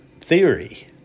theory